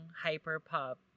hyper-pop